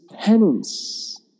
penance